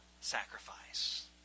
sacrifice